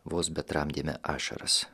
vos bet tramdėme ašaras